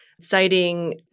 citing